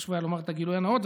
חשוב היה לומר את הגילוי הנאות,